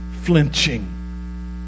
flinching